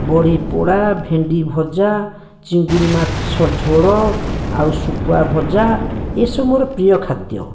ବଡ଼ି ପୋଡ଼ା ଭେଣ୍ଡି ଭଜା ଚିଙ୍ଗୁଡ଼ି ମାଛ ଝୋଳ ଆଉ ଶୁଖୁଆ ଭଜା ଏସବୁ ମୋର ପ୍ରିୟ ଖାଦ୍ୟ